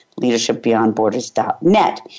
leadershipbeyondborders.net